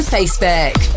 Facebook